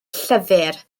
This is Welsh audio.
llyfr